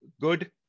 good